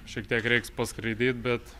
šiek tiek reiks paskraidyt bet